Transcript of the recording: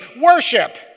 Worship